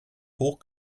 hoch